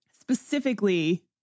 Specifically